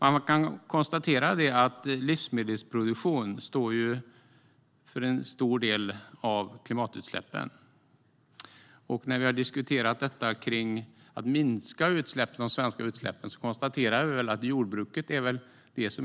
Man kan konstatera att livsmedelsproduktion står för en stor del av klimatutsläppen. Och när vi har diskuterat frågan om att minska de svenska utsläppen har vi konstaterat att det väl